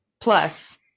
plus